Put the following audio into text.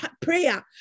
prayer